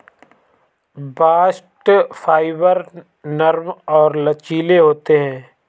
bast fibre नरम और लचीले होते हैं